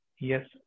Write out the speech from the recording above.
Yes